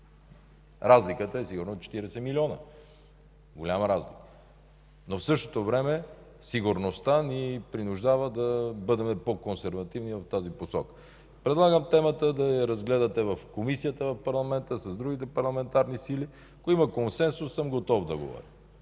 Разликата е сигурно 40 милиона. Голяма разлика. Но в същото време сигурността ни принуждава да бъдем по-консервативни в тази посока. Предлагам да разгледате темата в Комисията в парламента с другите парламентарни сили. Ако има консенсус съм готов да говоря.